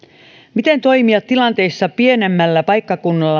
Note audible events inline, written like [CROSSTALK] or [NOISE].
miten toimia pienemmällä paikkakunnalla [UNINTELLIGIBLE]